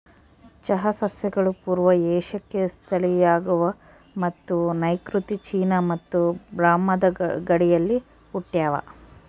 ಚಹಾ ಸಸ್ಯಗಳು ಪೂರ್ವ ಏಷ್ಯಾಕ್ಕೆ ಸ್ಥಳೀಯವಾಗವ ಮತ್ತು ನೈಋತ್ಯ ಚೀನಾ ಮತ್ತು ಬರ್ಮಾದ ಗಡಿಯಲ್ಲಿ ಹುಟ್ಟ್ಯಾವ